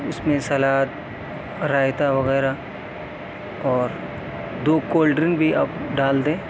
اس میں سلاد رائتہ وغیرہ اور دو کولڈ ڈرنک بھی اب ڈال دیں